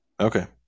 Okay